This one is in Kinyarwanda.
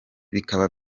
bikaba